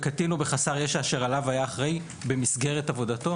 בקטין או בחסר ישע אשר עליו היה אחראי במסגרת עבודתו